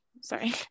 Sorry